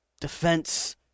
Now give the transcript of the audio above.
Defense